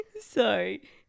Sorry